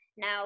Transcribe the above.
now